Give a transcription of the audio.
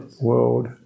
world